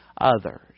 others